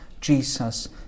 Jesus